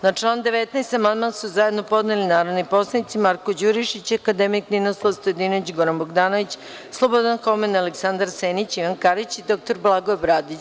Na član 19. amandman su zajedno podneli narodni poslanici Marko Đurišić, akademik Ninoslav Stojadinović, Goran Bogdanović, Slobodan Homen, Aleksandar Senić, Ivan Karić i dr Blagoje Bradić.